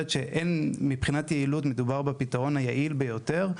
מבחינת היעילות מדובר בפתרון היעיל ביותר.